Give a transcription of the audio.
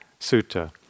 Sutta